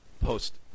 Post